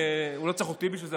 הוא לא צריך אותי בשביל זה,